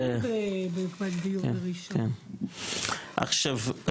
עכשיו,